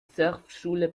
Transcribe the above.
surfschule